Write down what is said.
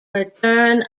return